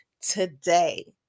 today